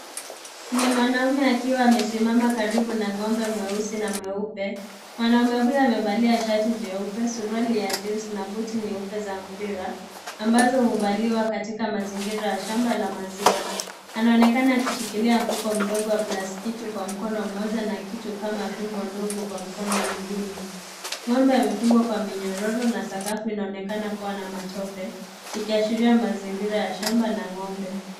Ni mwanaume akiwa amesimama karibu na ng'ombe mweusi na mweupe. Mwanaume huyo amevalia shati jeupe, suruali ya jeans na buti nyeupe za mpira ambazo huvaliwa katika mazingira ya shamba la maziwa. Anaonekana akishikilia mfuko mdogo wa plastiki kwa mkono mmoja na kitu kama fimbo ndogo kwa mkono mwingine. Ng'ombe amefungwa kwa minyororo na sakafu inaonekana kuwa na matope, ikiashiria mazingira ya shamba la ng'ombe.